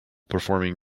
performing